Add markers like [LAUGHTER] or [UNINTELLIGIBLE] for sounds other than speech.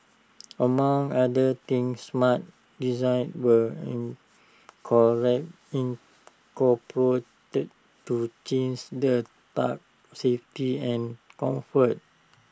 among other things smart designs were [UNINTELLIGIBLE] incorporated to [UNINTELLIGIBLE] the tug's safety and comfort